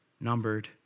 numbered